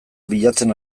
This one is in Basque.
bilatzen